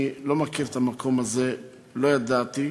אני לא מכיר את המקום הזה, לא ידעתי,